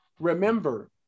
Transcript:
Remember